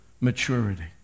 maturity